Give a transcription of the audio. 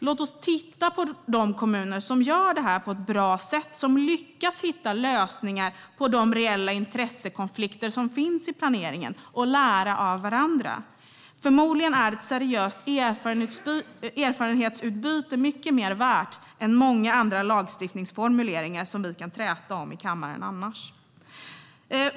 Låt oss titta på de kommuner som gör det här på ett bra sätt, som lyckas hitta lösningar på de reella intressekonflikter som finns i planeringen, och lära av varandra! Förmodligen är ett seriöst erfarenhetsutbyte mycket mer värt än många andra lagstiftningsformuleringar som vi kan träta om i kammaren annars.